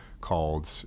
called